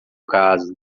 caso